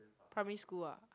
primary school ah